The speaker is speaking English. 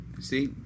See